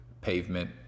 pavement